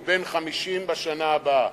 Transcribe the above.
הוא בן 50 בשנה הבאה.